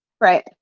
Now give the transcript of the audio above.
Right